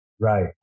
Right